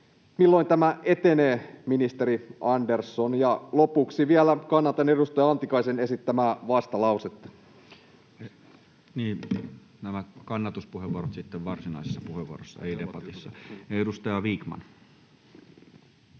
Milloin tämä etenee, ministeri Andersson? Lopuksi vielä: kannatan edustaja Antikaisen esittämää vastalausetta. Nämä kannatuspuheenvuorot sitten varsinaisessa puheenvuorossa, ei debatissa. — Edustaja Vikman.